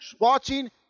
watching